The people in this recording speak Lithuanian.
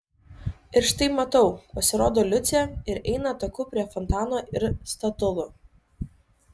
ir štai matau pasirodo liucė ir eina taku prie fontano ir statulų